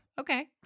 Okay